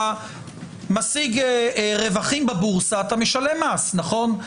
אתה משיג רווחים בבורסה אתה משלם מס, נכון?